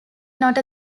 not